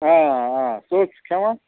آ آ آ سُہ حظ چھُس کھٮ۪وان